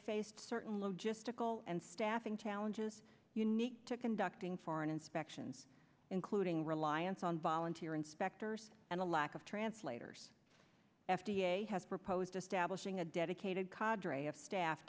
faced certain logistical and staffing challenges unique to conducting foreign inspections including reliance on volunteer inspectors and a lack of translators f d a has proposed establishing a dedicated qadri of staff